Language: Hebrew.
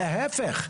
להיפך,